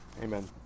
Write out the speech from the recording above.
Amen